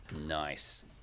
Nice